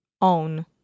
Own